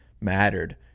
mattered